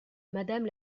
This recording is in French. madame